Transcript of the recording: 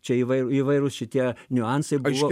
čia įvai įvairūs šitie niuansai buvo